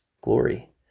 glory